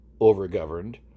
overgoverned